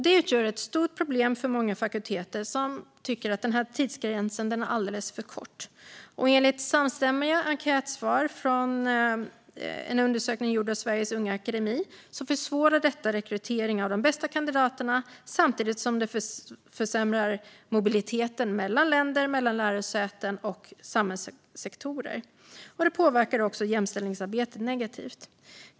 Detta utgör ett stort problem för många fakulteter, som tycker att tidsgränsen är alldeles för kort. Enligt samstämmiga enkätsvar i en undersökning gjord av Sveriges unga akademi försvårar det rekrytering av de bästa kandidaterna samtidigt som det försämrar mobiliteten mellan länder, lärosäten och samhällssektorer. Det påverkar också jämställdhetsarbetet negativt.